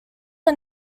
are